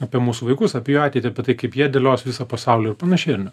apie mūsų vaikus apie jų ateitį apie tai kaip jie dėlios visą pasaulį panašiai ar ne